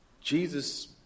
Jesus